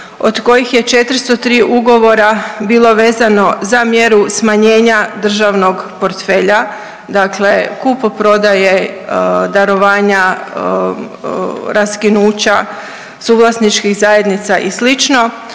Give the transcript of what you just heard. od kojih je 403 ugovora bilo vezano za mjeru smanjenja državnog portfelja, dakle kupoprodaje, darovanja, raskinuća suvlasničkih zajednica i